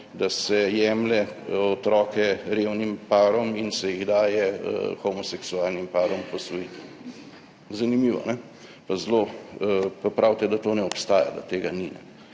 da se jemlje otroke revnim parom in se jih daje homoseksualnim parom v posvojitev. Zanimivo. Pa zelo, pa pravite, da to ne obstaja, da tega ni.